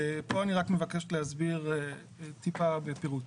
פה אני רק מבקש להסביר טיפה בפירוט.